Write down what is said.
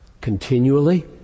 continually